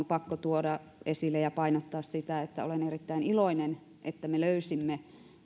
pakko tuoda esille ja painottaa sitä että olen erittäin iloinen siitä että me löysimme